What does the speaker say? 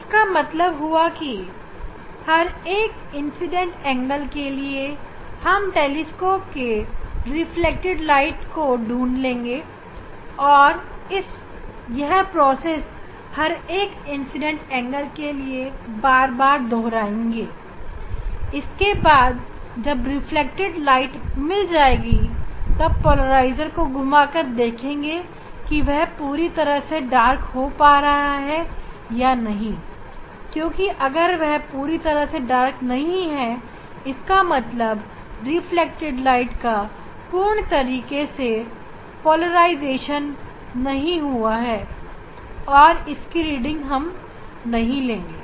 इसका मतलब हुआ कि हर एक इंसिडेंट एंगल के लिए हम टेलीस्कोपसे रिफ्लेक्टेड प्रकाश को ढूंढ लेंगे और यह प्रोसेस हर एक इंसिडेंट एंगल के लिए बार बार दोहराएँगे इसके बाद जब रिफ्लेक्टेड प्रकाश मिल जाएगी तब पोलराइजर को घूमा कर देखेंगे कि वह पूरी तरह से काला हो पा रहा है या नहीं क्योंकि अगर वह पूरी तरह से काला नहीं है इसका मतलब रिफ्लेक्टेड प्रकाश का पूर्ण तरीके से खत्म नहीं हुआ है और इस रीडिंग को हम नहीं लिखेंगे